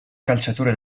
calciatore